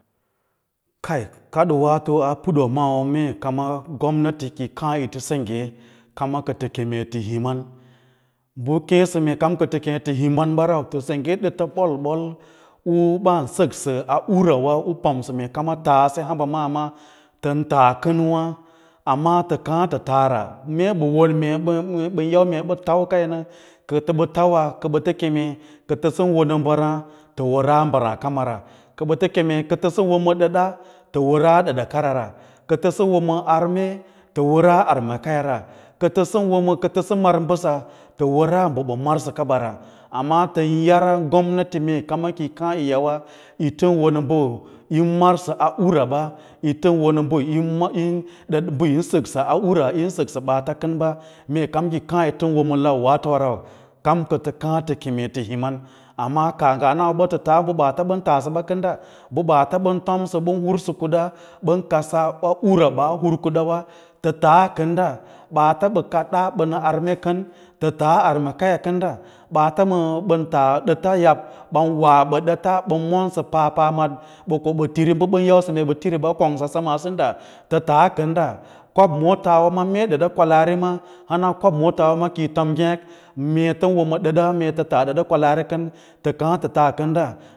kai kaɗoowaato a putwa maaso mee kam gomnati ki yi kaã yi tə sengge kama kə tə keme tə hima bo keẽsə mee kam kətə keme tə himan ɓa rau tə sengge ɗə ta bol-ɓol u baa səksə a urawa pamsə mee kama tusu a hamba maa ma tən taa kən wâ, amma tə kaã tara tam ye mee ɓə won mee bə yau me ɓə faukaya nə kətə ɓə tauwa kəɓə tə keme kə tə sən wo ma mbəraã wəraa mbəraã kama ra, k ɓə tə keme kə tə sə wo ma ɗəɗa tə wəraa ɗədakarara, kə tə sə woma arme tə wəraa armekaya ra kətə sən wo ma kə tə sə mar mbəsa wəraa mbə ɓə marsə kaɓara, amma tən yar gomnati mee kama kiyi kaã yi yawa yi təo wo ma mbə u marsa a uraɓa yitə wo ma mbə yin mar bə yin səksəa ura yin səksə bats kən ɓa mee yi ki kaã yitən wo ma lauwaatowa rau kam kə tə kaã tə keme tə inin an, amma ka nga nawaso na ba, tə taa mbə ɓaatan taasə wa kənda ɓaata ɓən tomsə, bən humsə kuɗa ɓən kadsaa a ura ɓaa hur kwda ɓa, ta, taa kənda ɓaats bən kaɗ ɗa ɓə ma arme kən tə taa armekayara kənda, ɓaa ɓən taa ɗəta yab, ɓan wa ɓə ɗəta ɓən monsə papa mad ɓə ko ɓa’ tiri ɓə ɓən yausə mee ɓə tiriɓa kongsa smeaa sinda tə taa kənda kob mootawa maa mee dəda kwalaari ma hana kob moolswa kiyi ton ngêk mee ə tən wo ma ɗəɗa mee tə taa ɗəɗa kwalaari kən tə kaã tə taa kənda.